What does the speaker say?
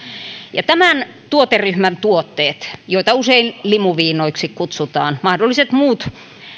tämän tuoteryhmän tuotteet joita usein limuviinoiksi kutsutaan ja mahdolliset muut